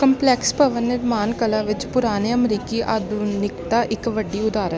complex ਭਵਨ ਨਿਰਮਾਣ ਕਲਾ ਵਿੱਚ ਪੁਰਾਣੇ ਅਮਰੀਕੀ ਆਧੁਨਿਕਤਾ ਇੱਕ ਵੱਡੀ ਉਦਾਹਰਣ